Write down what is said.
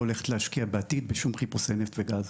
הולכת להשקיע בעתיד בשום חיפושי נפט וגז.